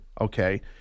okay